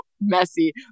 messy